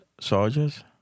soldiers